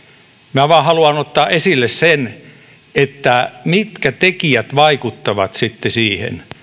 minä vain haluan ottaa esille sen mitkä tekijät vaikuttavat sitten siihen